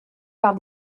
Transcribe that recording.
par